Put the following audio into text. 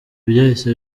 byahise